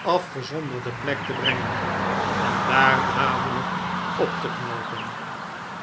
afgezonderde plek te brengen en daar dadelijk op te knoopen